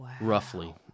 roughly